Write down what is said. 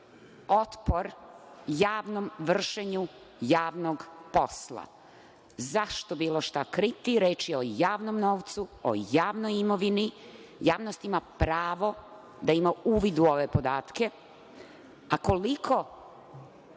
otpor javnom vršenju javnog posla. Zašto bilo šta kriti? Reč je o javnom novcu, javnoj imovini. Javnost ima pravo da ima uvid u ove podatke, a koliko